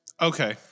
Okay